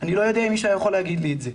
אני לא יודע אם מישהו היה יכול להגיד לי את זה.